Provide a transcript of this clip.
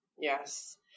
Yes